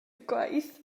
gwaith